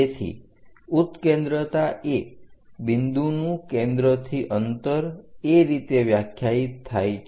તેથી ઉત્કેન્દ્રતા એ બિંદુનું કેન્દ્રથી અંતર એ રીતે વ્યાખ્યાયિત થાય છે